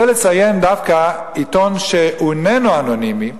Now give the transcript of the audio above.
אני רוצה לציין דווקא עיתון שאיננו אנונימי,